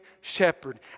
shepherd